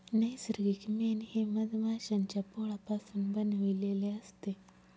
नैसर्गिक मेण हे मधमाश्यांच्या पोळापासून बनविलेले असते